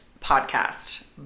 podcast